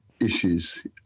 issues